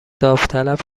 داوطلب